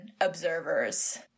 observers